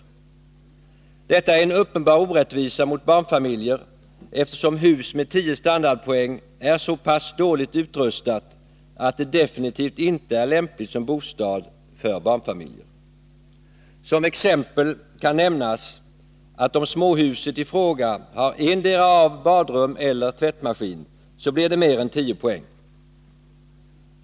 Detta är en uppenbar orättvisa mot barnfamiljer, eftersom ett hus med 10 standardpoäng är så pass dåligt utrustat att det definitivt inte är lämpligt som bostad för en barnfamilj. Som exempel kan nämnas att om småhuset i fråga har badrum eller tvättmaskin, så blir det mer än 10 poäng.